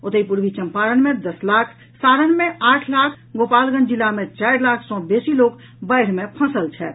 ओतहि पूर्वी चम्पारण मे दस लाख सारण मे आठ लाख गोपालगंज जिला मे चारि लाख सँ बेसी लोक बाढ़ि मे फंसल छथि